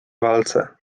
walce